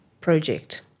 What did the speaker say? project